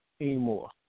anymore